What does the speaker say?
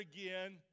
again